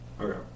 Okay